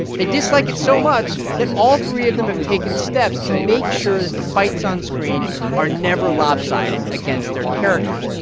they dislike it so much that all three of them have taken steps to make sure that the fights on screen are never lopsided against their characters.